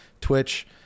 twitch